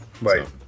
Right